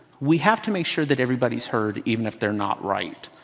we have to make sure that everybody's heard, even if they're not right.